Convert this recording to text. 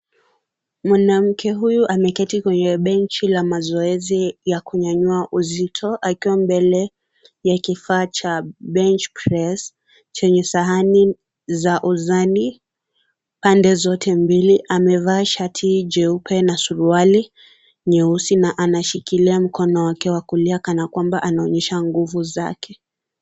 Mwanamke huyu ameketi kwenye benchi ya mazoezi ya kunyanyua uzito akiwa mbele ya kifaa cha bench press chenye sahani za uzani pande zote mbili amevaa shatati jeupe na suruali nyeusi na anashikilia mkono wakewa kulia kana kwamba anaoyesha nguvu zake.